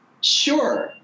Sure